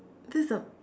this is a